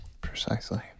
Precisely